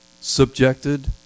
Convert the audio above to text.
subjected